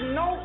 no